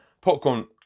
Popcorn